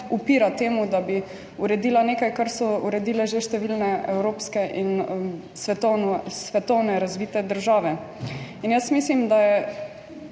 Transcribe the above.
upira temu, da bi uredila nekaj, kar so uredile že številne evropske in svetovno, svetovno razvite države in jaz mislim, da je